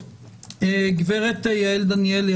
גברת יעל דניאלי,